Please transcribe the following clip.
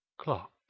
clock